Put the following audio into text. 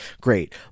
Great